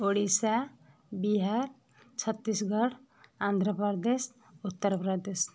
Odisha Bihar Chhattisgarh Andhra Pradesh Uttar Pradesh